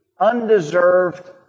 undeserved